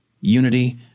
unity